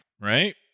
Right